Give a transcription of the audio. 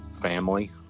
family